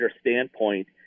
standpoint